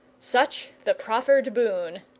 such the proffered boon.